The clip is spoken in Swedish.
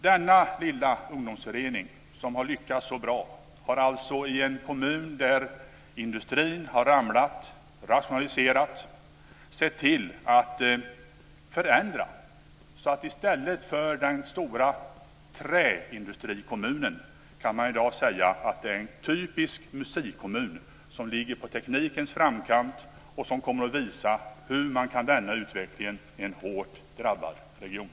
Denna lilla ungdomsförening som har lyckats så bra har alltså i en kommun där industrin ramlat, där man rationaliserat, sett till att förändra. I stället för den stora träindustrikommunen kan man i dag tala om en typisk musikkommun som ligger på teknikens framkant och som kommer att visa hur man kan vända utvecklingen i en hårt drabbad region.